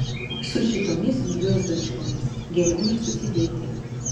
su šitomis gviozdačkomis geriau nesusidėti